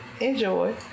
Enjoy